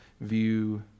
view